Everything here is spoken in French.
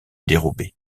dérobée